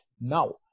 now